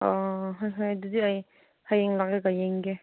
ꯍꯣꯏ ꯍꯣꯏ ꯑꯗꯨꯗꯤ ꯑꯩ ꯍꯌꯦꯡ ꯂꯥꯛꯂꯒ ꯌꯦꯡꯒꯦ